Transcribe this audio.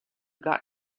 got